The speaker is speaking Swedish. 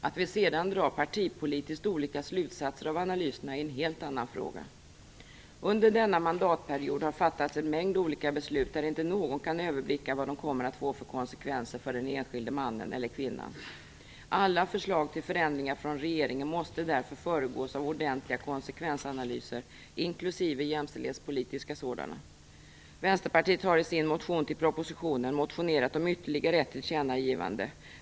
Att vi sedan drar partipolitiskt olika slutsatser av analyserna är en helt annan fråga. Under denna mandatperiod har fattats en mängd olika beslut där inte någon kan överblicka vad de kommer att få för konsekvenser för den enskilda mannen eller kvinnan. Alla förslag till förändringar från regeringen måste därför föregås av ordentliga konsekvensanalyser, inklusive jämställdhetspolitiska sådana. Vänsterpartiet har i sin motion till propositionen motionerat om ytterligare ett tillkännagivande.